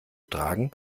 tragen